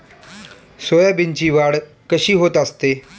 सोयाबीनची वाढ कशी होत असते?